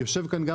יושב כאן גם